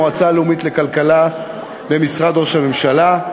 המועצה הלאומית לכלכלה במשרד ראש הממשלה.